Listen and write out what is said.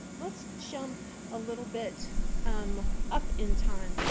let's jump a little bit um up in time.